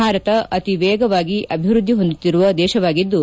ಭಾರತ ಅತಿ ವೇಗವಾಗಿ ಅಭಿವೃದ್ದಿ ಹೊಂದುತ್ತಿರುವ ದೇಶವಾಗಿದ್ದು